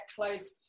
close